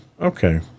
okay